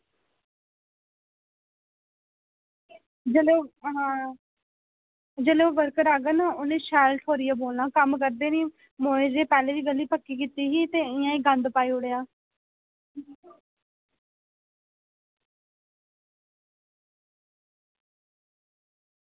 जेल्लै ओह् हां जेल्लै ओह् वर्कर आह्ङन ना उनें शैल ठोह्रियै बोलना कम्म करदे नी मोए पैह्लें बी गली पक्की कीती ही ते गंद पाई ओड़ेआ